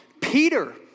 Peter